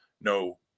no